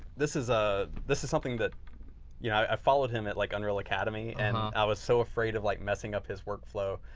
this is ah this is something that you know i followed him at like unreal academy and i was so afraid of like messing up his workflow.